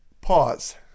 Pause